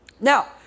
now